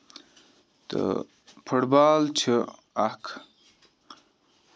تہٕ football چھِ اکھ